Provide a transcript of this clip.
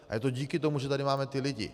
A je to díky tomu, že tady máme ty lidi.